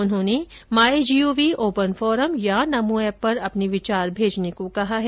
उन्होंने my G O V open forum या NaMo app पर अपने विचार भेजने को कहा है